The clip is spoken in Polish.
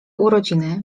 urodziny